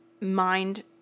mind